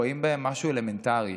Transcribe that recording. רואים בהן משהו אלמנטרי,